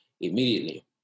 immediately